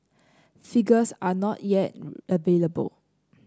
figures are not yet available